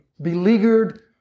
beleaguered